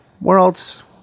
Worlds